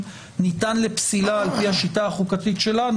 רשות האוכלוסין חייבת לספק לו תעודת זהות.